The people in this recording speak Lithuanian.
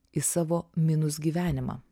į savo minus gyvenimą